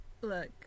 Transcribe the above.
look